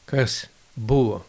kas buvo